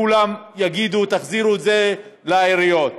כולם יגידו: תחזירו את זה לעיריות,